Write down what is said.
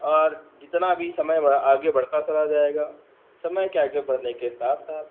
और जितना भी समय बढ़ा आगे बढ़ता चला जाएगा समय के आगे बढ़ने के साथ साथ